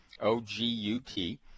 O-G-U-T